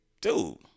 dude